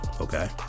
okay